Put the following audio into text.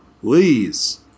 please